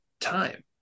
time